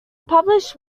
published